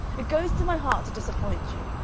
it goes to my heart to disappoint you,